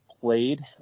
played